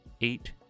eight